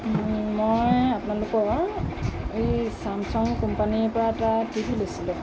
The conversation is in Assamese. মই আপোনালোকৰ এই ছেমছাং কোম্পানীৰ পৰা এটা টিভি লৈছিলোঁ